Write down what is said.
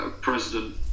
President